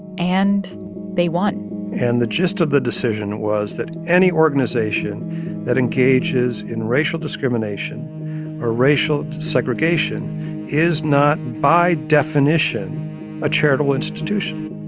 and they won won and the gist of the decision was that any organization that engages in racial discrimination or racial segregation is not by definition a charitable institution,